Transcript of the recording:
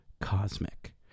cosmic